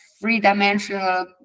three-dimensional